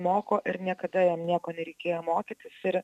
moko ir niekada jiem nieko nereikėjo mokytis ir